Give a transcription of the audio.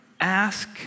ask